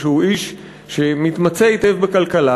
שהוא איש שמתמצא היטב בכלכלה,